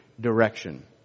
direction